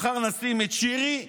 מחר נשים את שירי,